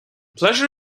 pleasure